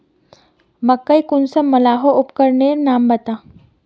मकई कुंसम मलोहो उपकरनेर नाम बता?